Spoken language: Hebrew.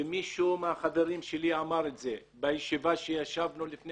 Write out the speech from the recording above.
ומישהו מהחברים שלי אמר את זה בישיבה בה ישבנו לפני